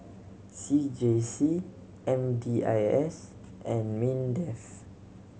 C J C M D I S and MINDEF